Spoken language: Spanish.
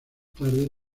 tarde